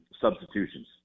substitutions